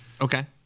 Okay